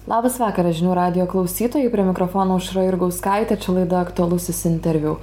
labas vakaras žinių radijo klausytojai prie mikrofono aušra jurgauskaitė čia laida aktualusis interviu